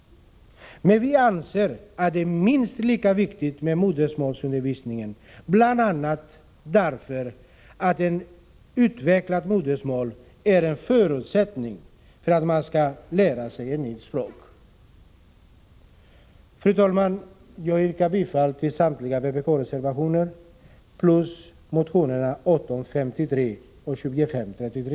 Men vi anser att det är minst lika viktigt med modersmålsundervisning, bl.a. därför att ett utvecklat modersmål är en förutsättning för att man skall kunna lära sig ett nytt språk. Fru talman! Jag yrkar bifall till samtliga vpk-reservationer plus motionerna 1853 och 2533.